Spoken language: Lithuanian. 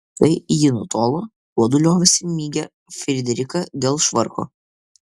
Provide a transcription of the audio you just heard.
kai ji nutolo tuodu liovėsi mygę frideriką dėl švarko